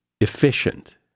efficient